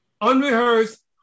Unrehearsed